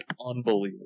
unbelievable